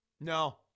no